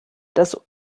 das